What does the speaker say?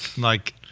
like,